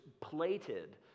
plated